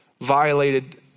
violated